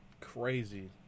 Crazy